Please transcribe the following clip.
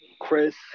chris